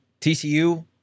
TCU